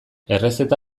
errezeta